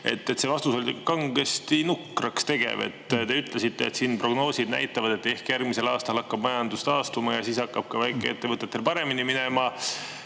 teie vastus tegi kangesti nukraks. Te ütlesite, et prognoosid näitavad, et ehk järgmisel aastal hakkab majandus taastuma ja siis hakkab ka väikeettevõtetel paremini minema.